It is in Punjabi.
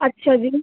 ਅੱਛਾ ਜੀ